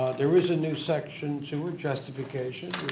there is a new section to a justification.